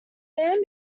band